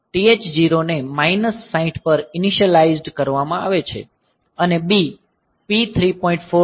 TH0 ને minus 60 પર initialised કરવામાં આવે છે અને B P 3